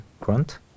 grant